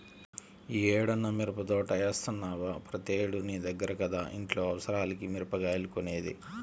యీ ఏడన్నా మిరపదోట యేత్తన్నవా, ప్రతేడూ నీ దగ్గర కదా ఇంట్లో అవసరాలకి మిరగాయలు కొనేది